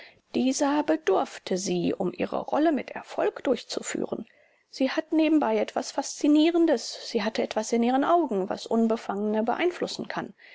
dieser bedurfte sie um ihre rolle mit erfolg durchzuführen sie hat nebenbei etwas faszinierendes sie hat etwas in ihren augen was unbefangene beeinflussen kann